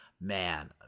man